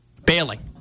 Bailing